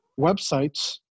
websites